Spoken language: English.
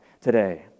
today